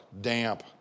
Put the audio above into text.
damp